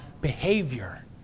behavior